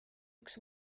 üks